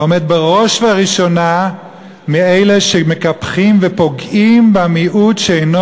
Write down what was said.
אלא הוא עומד בראש ובראשונה עם אלה שמקפחים ופוגעים במיעוט שאינו